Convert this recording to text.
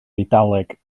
eidaleg